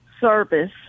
service